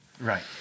Right